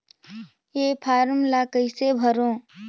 ये फारम ला कइसे भरो?